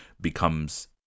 becomes